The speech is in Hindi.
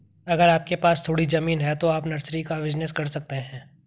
अगर आपके पास थोड़ी ज़मीन है तो आप नर्सरी का बिज़नेस कर सकते है